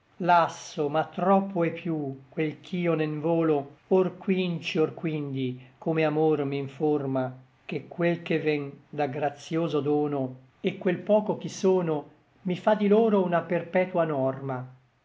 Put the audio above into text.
lasso ma troppo è piú quel ch'io ne nvolo or quinci or quindi come amor m'informa che quel che vèn da gratïoso dono et quel poco ch'i sono mi fa di lor una perpetua norma